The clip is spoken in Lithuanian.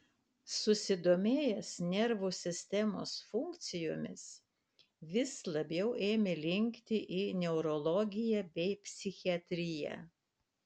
susidomėjęs nervų sistemos funkcijomis vis labiau ėmė linkti į neurologiją bei psichiatriją